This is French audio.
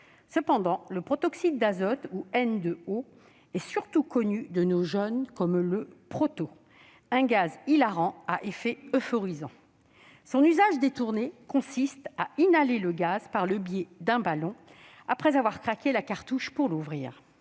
Cependant, le protoxyde d'azote, ou N2O, est surtout connu de nos jeunes comme le « proto », un gaz hilarant à effet euphorisant. Son usage détourné consiste à inhaler le gaz par le biais d'un ballon, après avoir « craqué » la cartouche pour l'ouvrir.